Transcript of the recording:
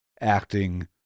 acting